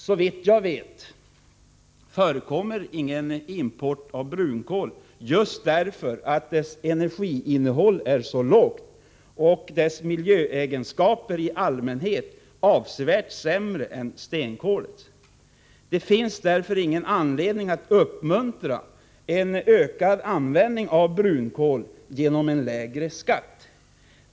Såvitt jag vet förekommer ingen import av brunkol just därför att dess energiinnehåll är så lågt och dess miljöegenskaper i allmänhet avsevärt sämre än stenkolets. Det finns därför ingen anledning att uppmuntra en ökad användning av brunkol genom en lägre skatt.